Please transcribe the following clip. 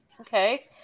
Okay